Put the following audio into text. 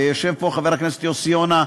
ויושבים פה חבר הכנסת יוסי יונה,